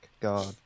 God